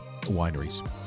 wineries